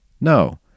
No